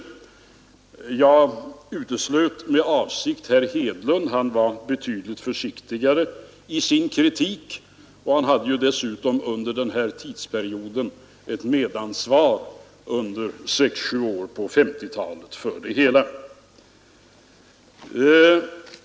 Jag uteslöt med avsikt herr Hedlund som var betydligt försiktigare i sin kritik. Han hade ju dessutom under sex till sju år på 1950-talet ett medansvar för det hela.